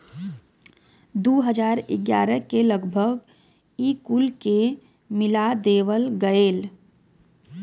दू हज़ार ग्यारह के लगभग ई कुल के मिला देवल गएल